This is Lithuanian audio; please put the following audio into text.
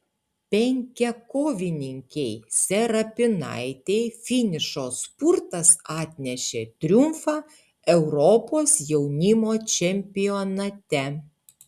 penkiakovininkei serapinaitei finišo spurtas atnešė triumfą europos jaunimo čempionate